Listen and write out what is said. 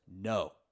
no